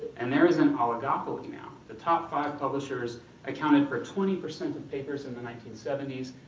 and there is an oligopoly, now. the top five publishers accounted for twenty percent of papers in the nineteen seventy s,